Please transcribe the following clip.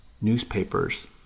newspapers